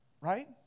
Right